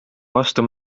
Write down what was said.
vastu